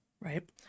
right